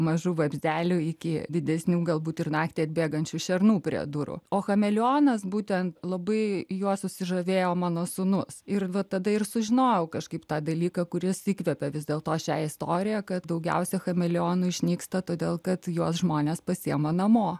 mažų vabzdelių iki didesnių galbūt ir naktį atbėgančių šernų prie durų o chameleonas būtent labai juo susižavėjo mano sūnus ir va tada ir sužinojau kažkaip tą dalyką kuris įkvėpė vis dėlto šią istoriją kad daugiausia chameleonų išnyksta todėl kad juos žmonės pasiima namo